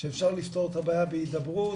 שאפשר לפתור את הבעיה בהידברות